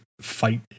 fight